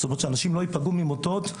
זאת אומרת שאנשים לא יפגעו ממוטות.